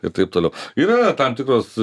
ir taip toliau yra tam tikros